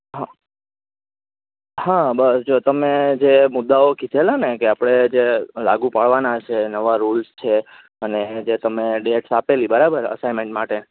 હા હા બસ જો તમે જે મુદાઓ કીધેલાને કે આપળે જે લાગુ પાળવાના સે નવા રૂલ્સ છે જે તમે ડેટ્સ આપેલી બરાબર અસાઇમેન્ટ માટે